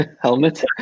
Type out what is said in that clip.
helmet